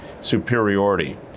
superiority